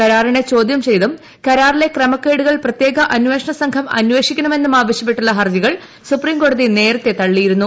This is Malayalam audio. കരാറിനെ ചോദ്യം ചെയ്തും കരാറിലെ ക്രമക്കേടുകൾ പ്രത്യേക അന്വേഷണ സംഘം അന്വേഷിക്കണമെന്നും ആവശ്യപ്പെട്ടുള്ള ഹർജികൾ സുപ്രീംകോടതി നേരത്തേ തള്ളിയിരുന്നു